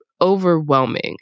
overwhelming